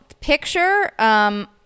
picture